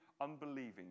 unbelieving